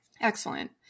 Excellent